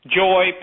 joy